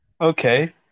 Okay